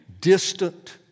distant